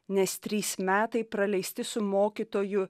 nes trys metai praleisti su mokytoju